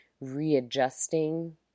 readjusting